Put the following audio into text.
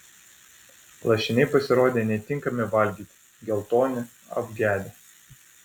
lašiniai pasirodė netinkami valgyti geltoni apgedę